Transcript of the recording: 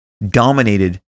Dominated